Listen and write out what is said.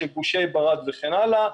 של גושי ברד וכן הלאה.